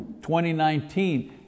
2019